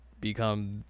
become